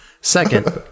Second